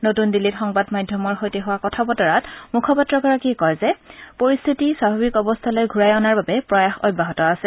নতুন দিল্লীত সংবাদ মাধ্যমৰ সৈতে হোৱা কথা বতৰাত মুখপাত্ৰগৰাকীয়ে কয় যে পৰিস্থিতি স্বাভাৱিক অৱস্থালৈ ঘূৰাই অনাৰ বাবে প্ৰয়াস অব্যাহত আছে